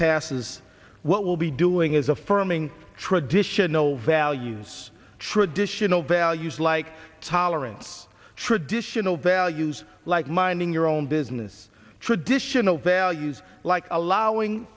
passes what will be doing is affirming traditional values traditional values like tolerance traditional values like minding your own business traditional values like allowing